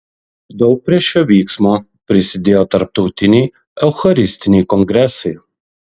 daug prie šio vyksmo prisidėjo tarptautiniai eucharistiniai kongresai